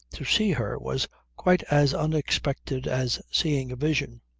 to see her was quite as unexpected as seeing a vision.